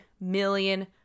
million